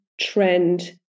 trend